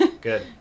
good